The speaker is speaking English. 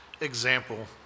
example